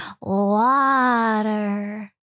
water